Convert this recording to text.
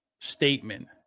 statement